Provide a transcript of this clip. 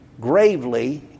gravely